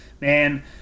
man